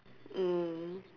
mm